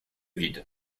vide